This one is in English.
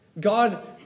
God